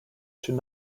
should